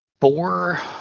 four